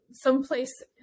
someplace